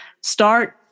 start